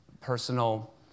personal